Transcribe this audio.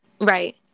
Right